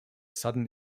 sudden